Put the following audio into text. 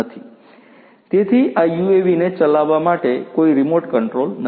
તેથી આ યુએવીને ચલાવવા માટે કોઈ રીમોટ કંટ્રોલ નથી